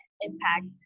impact